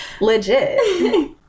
Legit